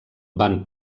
van